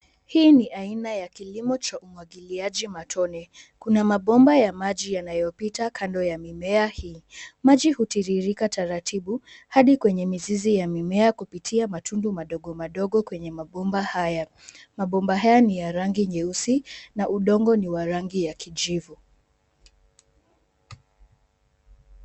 Hii ni aina ya kilimo cha umwagiliaji matone. Kuna mabomba ya maji yanayopita kando ya mimea hii. Maji hutiririka taratibu hadi kwenye mizizi ya mimea kupitia matundu madogo madogo kwenye mabomba haya. Mabomba haya ni ya rangi nyeusi , na udongo ni wa rangi ya kijivu.